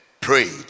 prayed